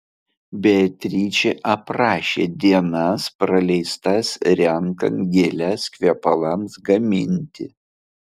beatričė aprašė dienas praleistas renkant gėles kvepalams gaminti